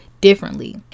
differently